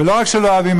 ולא רק שלא אוהבים,